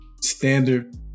standard